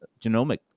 genomic